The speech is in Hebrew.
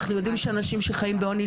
אנחנו יודעים שאנשים שחיים בעוני,